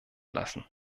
lassen